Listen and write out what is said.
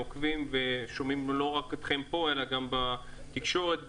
אנחנו עוקבים ושומעים לא רק אתכם פה אלא גם בעיקר תקשורת.